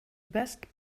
best